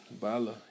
Bala